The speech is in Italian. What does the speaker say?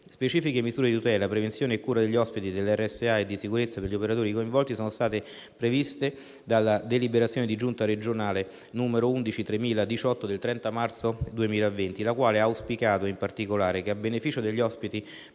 Specifiche misure di tutela, prevenzione e cura degli ospiti delle RSA e di sicurezza per gli operatori coinvolti sono state previste dalla deliberazione della Giunta regionale n. XI/3018 del 30 marzo 2020, la quale ha auspicato, in particolare, che a beneficio degli ospiti particolarmente